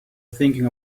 thinking